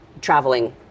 traveling